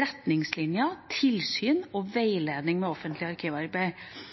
retningslinjer, tilsyn og veiledning med offentlig arkivarbeid.